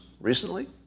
Recently